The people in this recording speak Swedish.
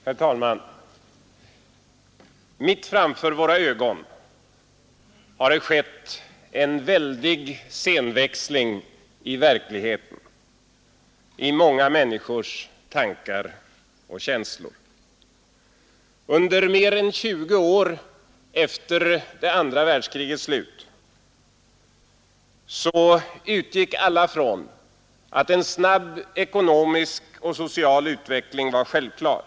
Herr talman! Mitt framför våra ögon har det skett en väldig scenväxling i verkligheten, i många människors tankar och känslor. Under mer än 20 år efter det andra världskrigets slut utgick alla från att en snabb ekonomisk och social utveckling var självklar.